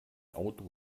auto